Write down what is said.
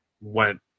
went